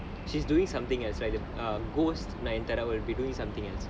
she's doing something as like a ghost nayanthara will be doing something else